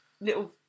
little